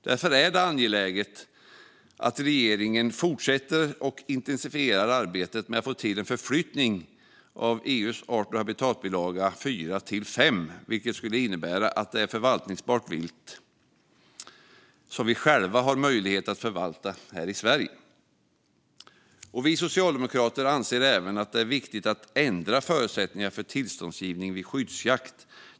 Därför är det angeläget att regeringen fortsätter och intensifierar arbetet med att få till en förflyttning av vargfrågan från EU:s art och habitatdirektivs bilaga 4 till bilaga 5, vilket skulle innebära att vargen är ett förvaltningsbart vilt som vi i Sverige själva har möjlighet att förvalta. Vi socialdemokrater anser även att det är viktigt att ändra förutsättningarna för tillståndsgivning vid skyddsjakt.